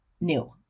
new